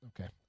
Okay